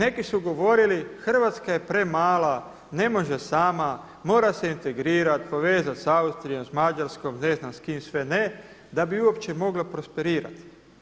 Neki su govorili Hrvatska je premala, ne može sama, mora se integrirat, povezati s Austrijom, Mađarskom i ne znam s kim sve ne da bi uopće mogla prosperirati.